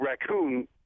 raccoon